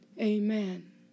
Amen